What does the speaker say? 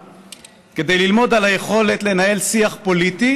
כדי ללמוד על היכולת לנהל שיח פוליטי